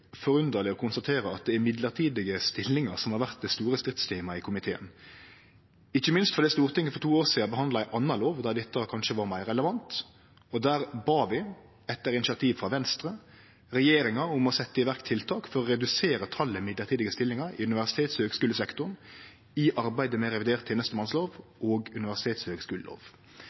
forunderleg å konstatere at det er mellombelse stillingar som har vore det store stridstemaet i komiteen – ikkje minst fordi Stortinget for to år sidan behandla ei anna lov der dette kanskje var meir relevant. Der bad vi – etter initiativ frå Venstre – regjeringa om å setje i verk tiltak for å redusere talet på mellombelse stillingar i universitets- og høgskulesektoren, i arbeidet med revidert tenestemannslov og